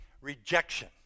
rejection